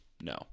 No